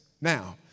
Now